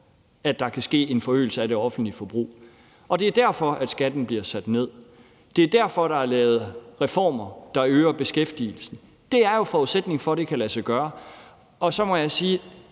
at der kan ske en forøgelse af det offentlige forbrug. Det er derfor, at skatten bliver sat ned. Det er derfor, der er lavet reformer, der øger beskæftigelsen. Det er jo forudsætningen for, at det kan lade sig gøre. Så må jeg sige,